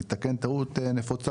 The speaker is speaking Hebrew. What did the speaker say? שירותי רפואה פרטית אני מתקן טעות נפוצה